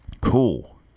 Cool